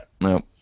Nope